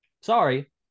Sorry